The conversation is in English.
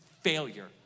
failure